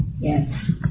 Yes